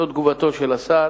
זו תגובתו של השר.